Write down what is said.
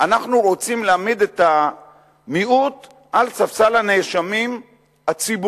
אנחנו רוצים להעמיד את המיעוט על ספסל הנאשמים הציבורי,